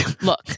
look